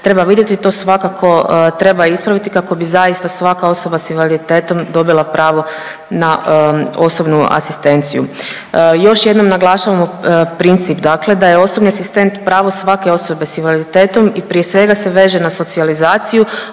treba vidjeti. To svakako treba ispraviti kako bi zaista svaka osoba s invaliditetom dobila pravo na osobnu asistenciju. Još jednom naglašavamo, princip. Dakle da je osobni asistent pravo svake osobe s invaliditetom i prije svega se veže na socijalizaciju